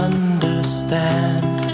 understand